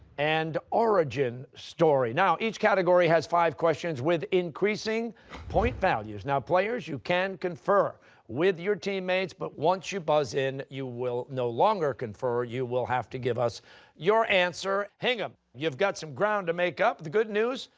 and origin story. now, each category has five questions with increasing point values. now, players, you can confer with your teammates, but once you buzz in, you will no longer confer, you will have to give us your answer. hingham, you've got some ground to make up. the good news,